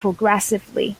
progressively